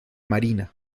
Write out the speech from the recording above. marina